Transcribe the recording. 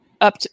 Up